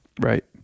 Right